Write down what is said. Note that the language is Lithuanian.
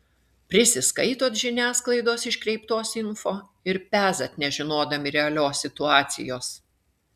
prisiskaitot žiniasklaidos iškreiptos info ir pezat nežinodami realios situacijos